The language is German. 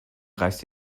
reißt